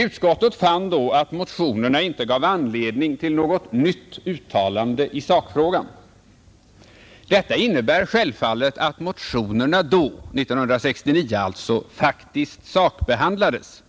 Utskottet fann då att motionerna inte gav anledning till något nytt uttalande i sakfrågan. Detta innebär självfallet att motionerna då — 1969 alltså — faktiskt sakbehandlades.